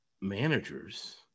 managers